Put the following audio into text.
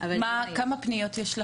כמה פניות יש לכם?